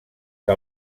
que